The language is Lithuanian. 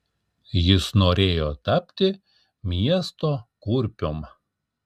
jis norėjo tapti miesto kurpium